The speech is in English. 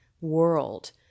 world